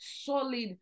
solid